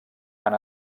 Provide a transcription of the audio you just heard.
han